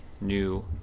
new